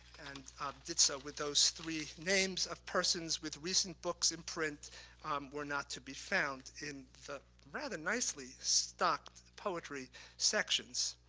and did so with those three names of persons with recent books in print were not to be found in the rather nicely stocked poetry sections.